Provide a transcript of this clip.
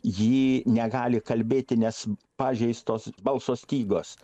ji negali kalbėti nes pažeistos balso stygos